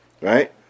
right